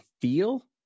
feel